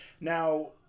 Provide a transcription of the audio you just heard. Now